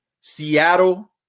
seattle